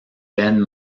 veines